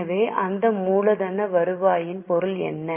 எனவே இந்த மூலதன வருவாயின் பொருள் என்ன